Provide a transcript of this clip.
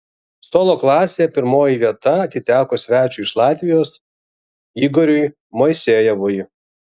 solo klasėje pirmoji vieta atiteko svečiui iš latvijos igoriui moisejevui